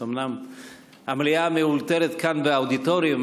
אומנם המליאה המאולתרת כאן באודיטוריום,